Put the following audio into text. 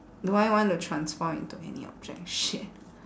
do I want to transform into any object shit